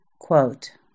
Quote